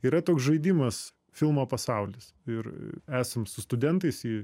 yra toks žaidimas filmo pasaulis ir esam su studentais jį